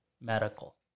medical